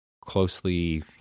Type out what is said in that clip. closely